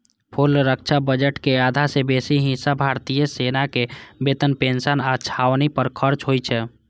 कुल रक्षा बजट के आधा सं बेसी हिस्सा भारतीय सेना के वेतन, पेंशन आ छावनी पर खर्च होइ छै